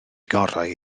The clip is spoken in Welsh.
gorau